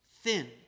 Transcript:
thin